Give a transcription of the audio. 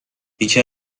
یکی